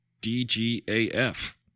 d-g-a-f